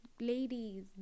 Ladies